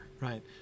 right